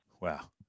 Wow